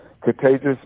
contagious